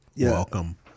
Welcome